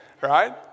right